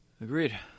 Agreed